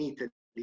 Italy